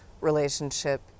relationship